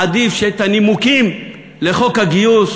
מעדיף שאת הנימוקים לחוק הגיוס